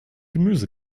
gemüse